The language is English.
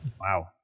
Wow